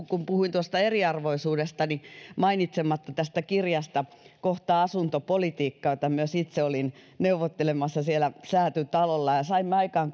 kun puhuin tuosta eriarvoisuudesta en malta olla loppuun mainitsematta tästä kirjasta kohtaa asuntopolitiikka josta myös itse olin neuvottelemassa siellä säätytalolla ja ja saimme aikaan